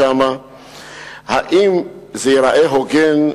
האם זה ייראה הוגן,